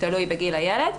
תלוי בגיל הילד.